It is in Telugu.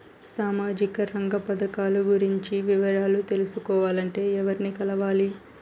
సామాజిక రంగ పథకాలు గురించి వివరాలు తెలుసుకోవాలంటే ఎవర్ని కలవాలి?